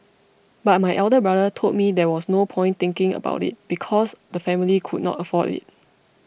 but my elder brother told me there was no point thinking about it because the family could not afford it